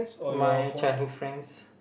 my childhood friends